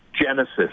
genesis